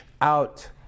out